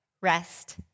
rest